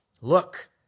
Look